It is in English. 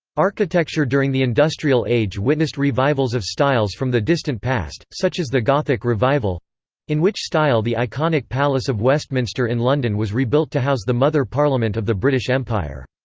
architecture during the industrial age witnessed revivals of styles from the distant past, such as the gothic revival in which style the iconic palace of westminster in london was re-built to house the mother parliament of the british empire.